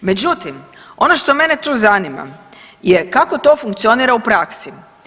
Međutim, ono što mene tu zanima je kako to funkcionira u praksi?